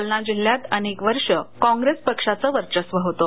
जालना जिल्ह्यात अनेक वर्ष काँग्रेस पक्षाचं वर्घस्व होतं